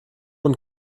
und